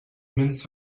mince